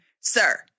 sir